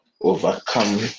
Overcome